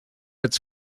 its